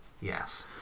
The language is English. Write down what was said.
Yes